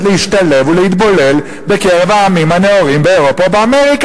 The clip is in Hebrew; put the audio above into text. להשתלב ולהתבולל בקרב העמים הנאורים באירופה ובאמריקה